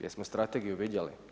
Jel' smo strategiju vidjeli?